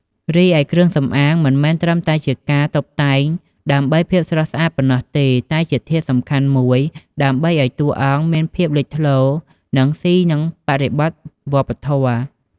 រីឯគ្រឿងសំអាង មិនមែនត្រឹមតែជាការតុបតែងដើម្បីភាពស្រស់ស្អាតប៉ុណ្ណោះទេ តែជាធាតុសំខាន់មួយ ដើម្បីឲ្យតួអង្គមានភាពលេចធ្លោ និងស៊ីនឹងបរិបទវប្បធម៌។